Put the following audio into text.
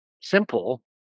simple